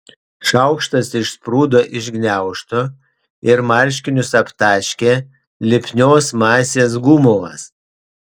šaukštas išsprūdo iš gniaužtų ir marškinius aptaškė lipnios masės gumulas